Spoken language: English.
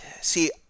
See